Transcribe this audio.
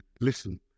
listen